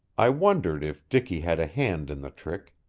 i wondered if dicky had a hand in the trick,